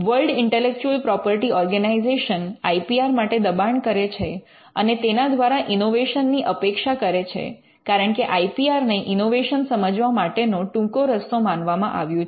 world intellectual property organisation I P R માટે દબાણ કરે છે અને તેના દ્વારા ઇનોવેશન ની અપેક્ષા કરે છે કારણકે આઈ પી આર ને ઇનોવેશન સમજવા માટે નો ટૂંકો રસ્તો માનવામાં આવ્યું છે